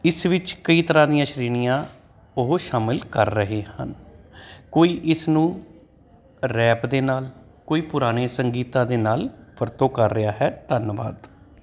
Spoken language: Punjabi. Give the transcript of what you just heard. ਇਸ ਵਿੱਚ ਕਈ ਤਰ੍ਹਾਂ ਦੀਆਂ ਸ਼੍ਰੇਣੀਆਂ ਉਹ ਸ਼ਾਮਿਲ ਕਰ ਰਹੇ ਹਨ ਕੋਈ ਇਸ ਨੂੰ ਰੈਪ ਦੇ ਨਾਲ ਕੋਈ ਪੁਰਾਣੇ ਸੰਗੀਤਾਂ ਦੇ ਨਾਲ ਵਰਤੋਂ ਕਰ ਰਿਹਾ ਹੈ ਧੰਨਵਾਦ